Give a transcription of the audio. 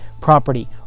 property